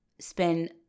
spend